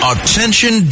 Attention